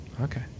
Okay